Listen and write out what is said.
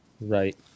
Right